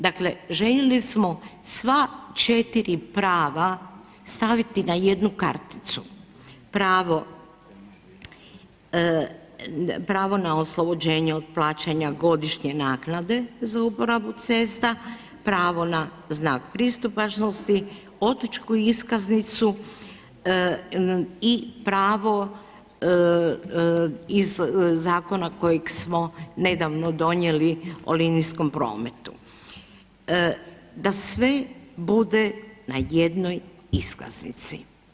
Dakle, željeli smo sva četiri prava staviti na jednu karticu, pravo na oslobođenje od plaćanja godišnje naknade za uporabu cesta, pravo na znak pristupačnosti, otočku iskaznicu i pravo iz zakona kojeg smo nedavno donijeli o linijskom prometu, da sve bude na jednoj iskaznici.